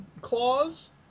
claws